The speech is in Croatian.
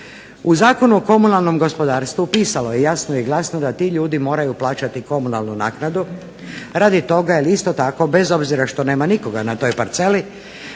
U Zakonu o komunalnom gospodarstvu pisalo je jasno i glasno da ti ljudi moraju plaćati komunalnu naknadu radi toga jer isto tako bez obzira što nema nikoga na toj parceli